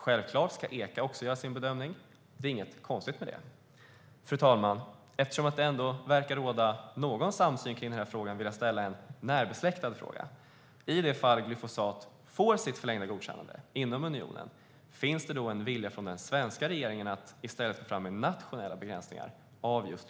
Självklart ska Echa också göra sin bedömning - det är inget konstigt med det. Fru talman! Eftersom det ändå verkar råda viss samsyn kring denna fråga vill jag ställa en närbesläktad fråga: Finns det en vilja från den svenska regeringen att, om glyfosat får förlängt godkännande inom unionen, i stället införa nationella begränsningar för ämnet?